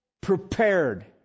prepared